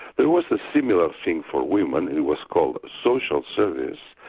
there was a similar thing for women, it was called social service,